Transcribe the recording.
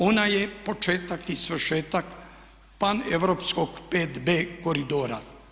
Ona je početak i svršetak pan europskog 5B koridora.